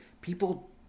People